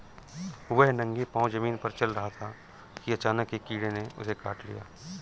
वह नंगे पांव जमीन पर चल रहा था कि अचानक एक कीड़े ने उसे काट लिया